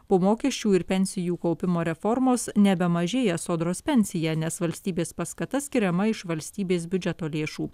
po mokesčių ir pensijų kaupimo reformos nebemažėja sodros pensija nes valstybės paskata skiriama iš valstybės biudžeto lėšų